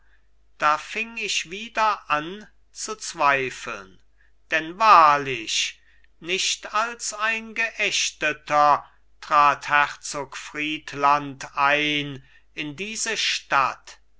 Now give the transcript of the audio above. da fing ich wieder an zu zweifeln denn wahrlich nicht als ein geächteter trat herzog friedland ein in diese stadt